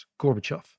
Gorbachev